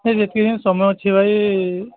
ଏ ଯେତିକି ଦିନ ସମୟ ଅଛି ଭାଇ